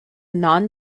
non